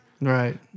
right